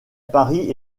paris